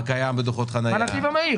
מה קיים בדוחות חנייה?